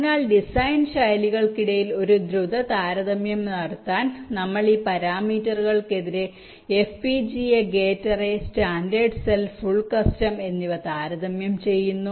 അതിനാൽ ഡിസൈൻ ശൈലികൾക്കിടയിൽ ഒരു ദ്രുത താരതമ്യം നടത്താൻ ഞങ്ങൾ ഈ പാരാമീറ്ററുകൾക്കെതിരെ FPGA gate array standard cell full custom എന്നിവ താരതമ്യം ചെയ്യുന്നു